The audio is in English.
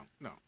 no